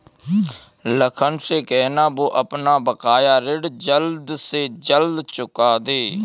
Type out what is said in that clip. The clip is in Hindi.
लखन से कहना, वो अपना बकाया ऋण जल्द से जल्द चुका दे